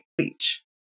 speech